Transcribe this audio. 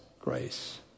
grace